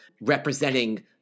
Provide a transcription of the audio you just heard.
representing